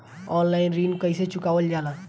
Online ऋण कईसे चुकावल जाला?